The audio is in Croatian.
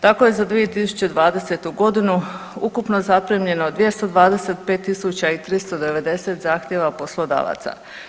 Tako je za 2020. godinu ukupno zaprimljeno 225.390 zahtjeva poslodavaca.